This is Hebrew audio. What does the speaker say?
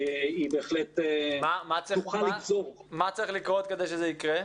היא בהחלט --- מה צריך לקרות כדי שזה יקרה?